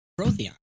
Protheon